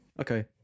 Okay